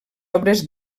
obres